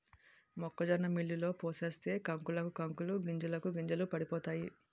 మొక్కజొన్న మిల్లులో పోసేస్తే కంకులకు కంకులు గింజలకు గింజలు పడిపోతాయి